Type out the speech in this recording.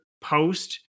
post